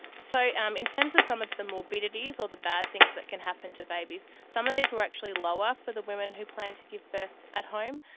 so um in terms of some of the morbidities or the bad things that can happen to babies, some of these were actually lower for the women who planned to give birth at home,